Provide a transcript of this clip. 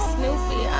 Snoopy